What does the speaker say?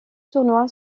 tournoi